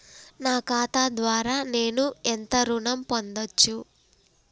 నా ఖాతా ద్వారా నేను ఎంత ఋణం పొందచ్చు?